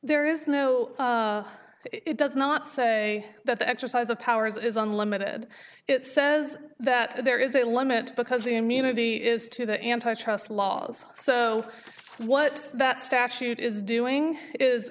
there is no it does not say that the exercise of powers is unlimited it says that there is a limit because the immunity is to the anti trust laws so what that statute is doing is